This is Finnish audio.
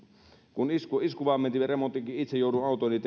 kun iskunvaimentimen remontinkin itse jouduin autooni